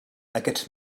aquests